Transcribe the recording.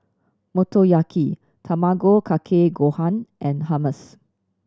Motoyaki Tamago Kake Gohan and Hummus